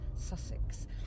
Sussex